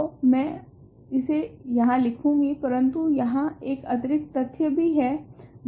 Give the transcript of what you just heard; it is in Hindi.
तो मैं इसे यहाँ लिखूँगी परंतु यहाँ एक अतिरिक्त तथ्य भी है जाँचने के लिए